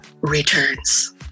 Returns